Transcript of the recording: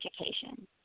Education